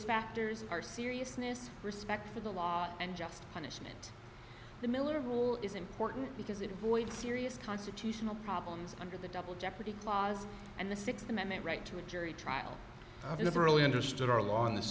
factors are seriousness respect for the law and just punishment the miller rule is important because it avoids serious constitutional problems under the double jeopardy clause and the th amendment right to a jury trial i've never really understood our law in this